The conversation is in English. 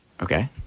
Okay